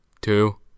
two